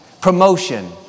Promotion